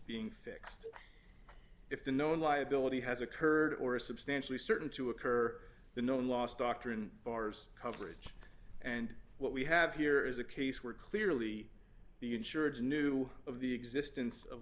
being fixed if the known liability has occurred or is substantially certain to occur the known loss doctor in bars coverage and what we have here is a case where clearly the insurers knew of the existence of